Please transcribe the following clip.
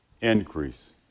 Increase